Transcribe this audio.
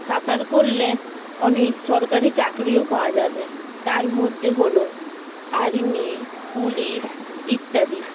সাঁতার করলে অনেক সরকারি চাকরিও পাওয়া যাবে তার মধ্যে হল আর্মি পুলিশ ইত্যাদি